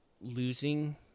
losing